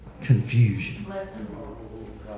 Confusion